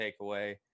takeaway